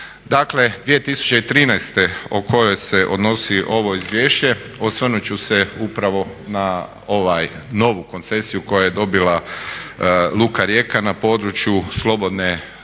Dakle 2013. o kojoj se odnosi ovo izvješće osvrnuti ću se upravo na ovu novu koncesiju koja je dobila Luka Rijeka na području slobodne zone,